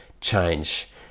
change